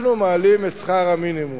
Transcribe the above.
אנחנו מעלים את שכר המינימום,